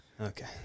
Okay